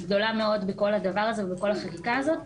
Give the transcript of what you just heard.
גדולה מאוד בכל החקיקה הזאת,